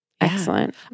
Excellent